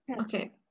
okay